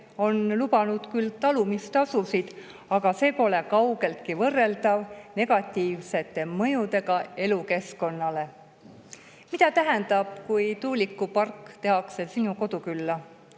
on lubanud küll talumistasusid, aga need pole kaugeltki võrreldavad [tuulikute] negatiivse mõjuga elukeskkonnale. Mida tähendab, kui tuulikupark tehakse sinu kodukülla?